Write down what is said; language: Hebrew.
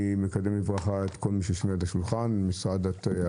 אני מקדם בברכה את כל מי שיושב על יד השולחן משרד הבריאות,